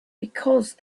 because